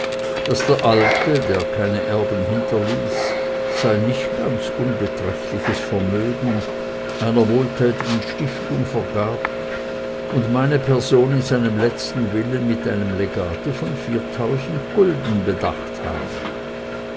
daß der alte der keine erben hinterließ sein nicht ganz unbeträchtliches vermögen einer wohltätigen stiftung vergabt und meine person in seinem letzten willen mit einem legate von viertausend gulden bedacht habe